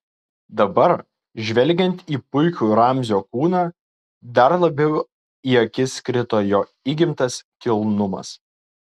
dabar žvelgiant į puikų ramzio kūną dar labiau į akis krito jo įgimtas kilnumas